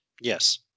Yes